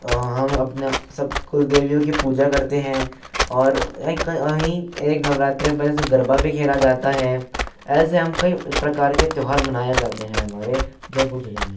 हम अपना सब कुल देवियों की पूजा करते हैं और एक वहीं एक नवरात्रि पर गरबा भी खेला जाता है ऐसे हम कई प्रकार के त्योहार मनाए जाते हैं हमारे जयपुर ज़िले में